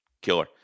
Killer